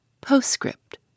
Postscript